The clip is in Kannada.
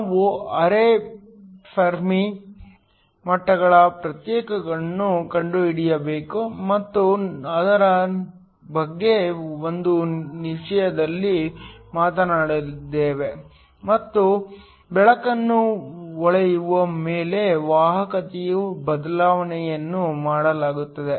ನಾವು ಅರೆ ಫೆರ್ಮಿ ಮಟ್ಟಗಳ ಪ್ರತ್ಯೇಕತೆಯನ್ನು ಕಂಡುಹಿಡಿಯಬೇಕು ಮತ್ತು ಅದರ ಬಗ್ಗೆ ಒಂದು ನಿಮಿಷದಲ್ಲಿ ಮಾತನಾಡುತ್ತೇವೆ ಮತ್ತು ಬೆಳಕನ್ನು ಹೊಳೆಯುವ ಮೇಲೆ ವಾಹಕತೆಯ ಬದಲಾವಣೆಯನ್ನು ಮಾತನಾಡುತ್ತೇವೆ